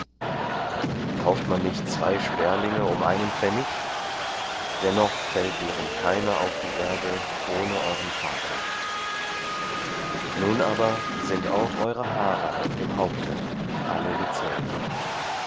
kauft man nicht zwei sperlinge um einen pfennig dennoch fällt deren keiner auf die erde ohne euren vater nun aber sind auch eure haare auf dem haupte alle gezählt